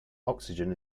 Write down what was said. oxygen